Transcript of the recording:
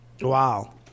wow